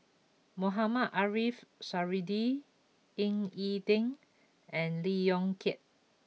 Mohamed Ariff Suradi Ying E Ding and Lee Yong Kiat